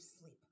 sleep